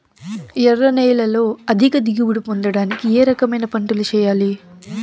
ఎర్ర నేలలో అధిక దిగుబడి పొందడానికి ఏ రకమైన పంటలు చేయాలి?